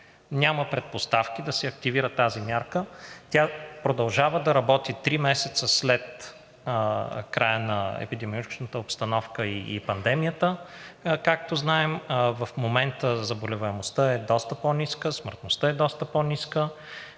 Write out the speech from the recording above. Няма предпоставки да се активира тази мярка. Тя продължава да работи три месеца след края на епидемиологичната обстановка и пандемията, както знаем. В момента заболеваемостта е доста по-ниска, смъртността е доста по ниска.